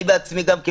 אני בעצמי גם כן,